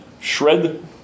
shred